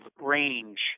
range